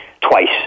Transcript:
twice